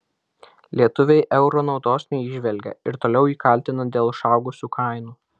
lietuviai euro naudos neįžvelgia ir toliau jį kaltina dėl išaugusių kainų